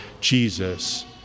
Jesus